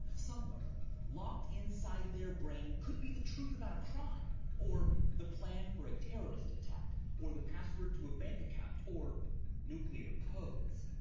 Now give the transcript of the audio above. somewhere locked inside their brain could be the truth about a crime or the plan for a terrorist attack or the password to a bank account or nuclear codes.